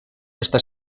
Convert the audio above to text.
está